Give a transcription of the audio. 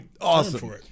awesome